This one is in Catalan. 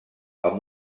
amb